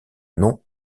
nom